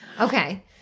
Okay